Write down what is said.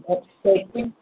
packing